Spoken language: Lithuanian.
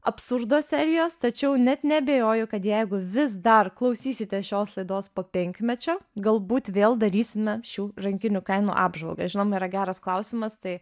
absurdo serijos tačiau net neabejoju kad jeigu vis dar klausysitės šios laidos po penkmečio galbūt vėl darysime šių rankinių kainų apžvalgą žinoma yra geras klausimas tai